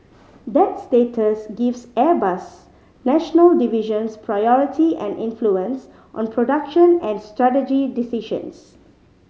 that status gives Airbus's national divisions priority and influence on production and strategy decisions